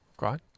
right